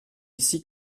ici